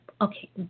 okay